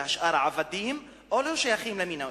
ובשאר עבדים או לא שייכים למין האנושי.